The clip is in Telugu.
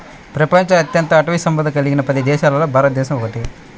ప్రపంచంలో అత్యంత అటవీ సంపద కలిగిన పది దేశాలలో భారతదేశం ఒకటి